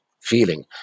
feeling